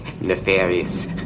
nefarious